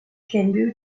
hindu